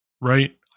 right